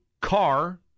car